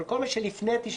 אבל כל מה שלפני 92',